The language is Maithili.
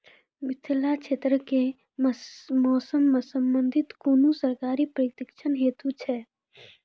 मिथिला क्षेत्रक कि मौसम से संबंधित कुनू सरकारी प्रशिक्षण हेतु छै?